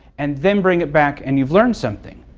and then bring it back and you've learned something.